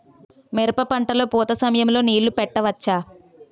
మిరప పంట లొ పూత సమయం లొ నీళ్ళు పెట్టవచ్చా?